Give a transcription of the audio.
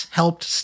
helped